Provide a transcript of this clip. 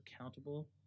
accountable